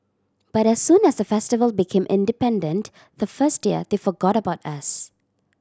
but as soon as the festival became independent the first year they forgot about us